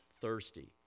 thirsty